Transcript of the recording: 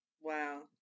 Wow